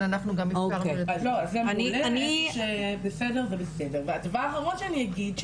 זה מעולה והדבר האחרון שאני אגיד,